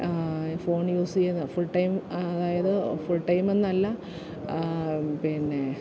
phone യൂസ്യ്യുന്ന full time അതായത് full ടൈമെന്നല്ല പിന്നെ